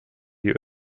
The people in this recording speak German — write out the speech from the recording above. die